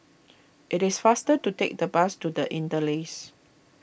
it is faster to take the bus to the Interlace